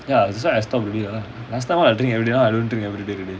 ya that's why I stop already lah last time I drink everyday now I don't drink everyday already